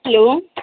hello